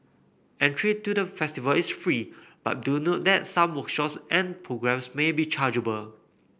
entry to the festival is free but do note that some workshops and programmes may be chargeable